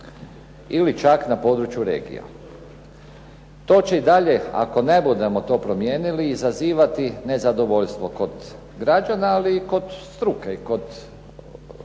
ili čak na području regija. To će i dalje ako ne budemo to promijenili izazivati nezadovoljstvo kod građana, ali i kod struke i kod dijela